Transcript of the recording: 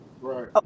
Right